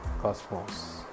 cosmos